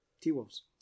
T-Wolves